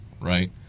right